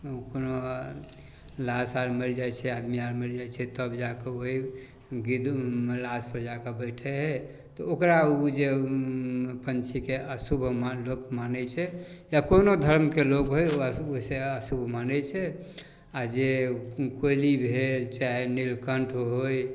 ओ कोनो लाश आओर मरि जाइ छै आदमी आओर मरि जाइ छै तब जाकऽ ओहि गिद्ध लाशपर जाकऽ बैठै हइ तऽ ओकरा ओ जे पन्छीके अशुभ मान लोक मानै छै या कोनो धर्मके लोक होइ अशुभ से अशुभ मानै छै आओर जे कोइली भेल चाहे नीलकण्ठ होइ